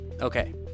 Okay